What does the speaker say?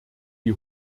die